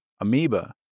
amoeba